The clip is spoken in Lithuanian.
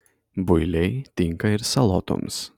builiai tinka ir salotoms